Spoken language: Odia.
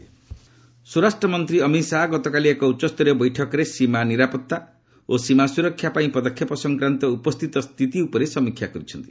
ଅମିତ ଶାହା ମିଟିଂ ସ୍ୱରାଷ୍ଟ୍ରମନ୍ତ୍ରୀ ଅମିତଶାହା ଗତକାଲି ଏକ ଉଚ୍ଚସ୍ତରୀୟ ବୈଠକରେ ସୀମା ନିରାପତ୍ତା ଓ ସୀମା ସୁରକ୍ଷା ପାଇଁ ପଦକ୍ଷେପ ସଂକ୍ରାନ୍ତ ଉପସ୍ଥିତ ସ୍ଥିତି ଉପରେ ସମୀକ୍ଷା କରିଛନ୍ତି